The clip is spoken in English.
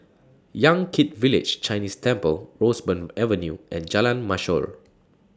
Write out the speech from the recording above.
Yan Kit Village Chinese Temple Roseburn Avenue and Jalan Mashor